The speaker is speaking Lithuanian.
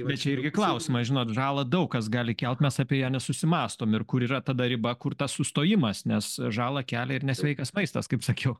bet čia irgi klausimas žinot žalą daug kas gali kelt mes apie ją nesusimąstom ir kur yra ta riba kur tas sustojimas nes žalą kelia ir nesveikas maistas kaip sakiau